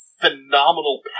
phenomenal